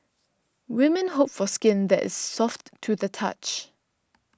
women hope for skin that is soft to the touch